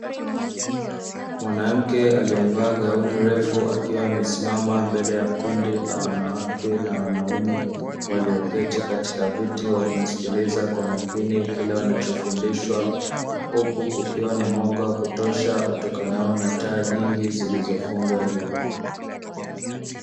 Mwanamke aliyevaa gauni refu akiwa amesimama mbele ya kundi la wanawake na wanaume walioketi katika viti, wakimsikiliza kwa makini kila wanachofundishwa, huku kukiwa na mwanga wa kutosha utokanao na taa nyingi zilizofungwa juu.